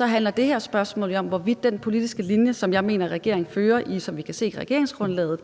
handler det her spørgsmål om, hvorvidt den politiske linje, som jeg mener regeringen fører, og som vi kan se i regeringsgrundlaget,